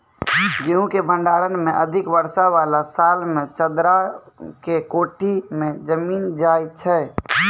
गेहूँ के भंडारण मे अधिक वर्षा वाला साल मे चदरा के कोठी मे जमीन जाय छैय?